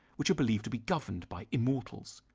which are believed to be governed by immortals.